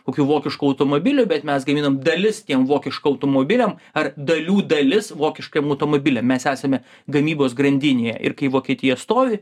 kokių vokiškų automobilių bet mes gaminam dalis tiem vokiškų automobiliam ar dalių dalis vokiškiem automobiliam mes esame gamybos grandinėje ir kai vokietija stovi